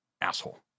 asshole